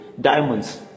diamonds